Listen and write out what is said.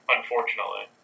Unfortunately